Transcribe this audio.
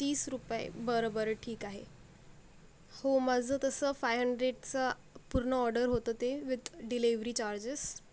तीस रूपये बरं बरं ठीक आहे हो माझं तसं फाइव्ह हंड्रेडचा पूर्ण ऑर्डर होतं ते विथ डिलिव्हरी चार्जेस